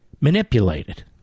manipulated